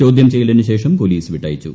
ചോദ്യം ചെയ്യലിന് ശേഷം പൊലീസ് വിട്ടയച്ചു